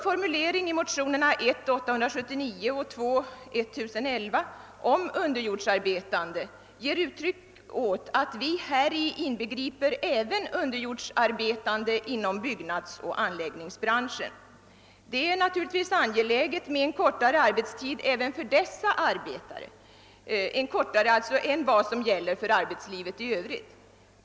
Formuleringen i våra likalydande motioner I1:879 och II:1011 om underjordsarbetande ger också uttryck åt att vi i denna benämning även inbegriper underjordsarbetande inom byggnadsoch anläggningsbranschen. Det är naturligtvis även för dessa arbetare angeläget med en kortare arbetstid än vad som gäller för arbetslivet i övrigt.